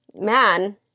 man